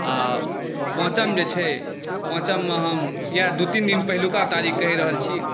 आओर पाँचम जे छै पाँचममे हम इएह दुइ तीन दिन पहिनुका तारीख कहि रहल छी